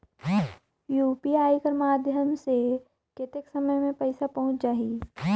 UPI कर माध्यम से कतेक समय मे पइसा पहुंच जाहि?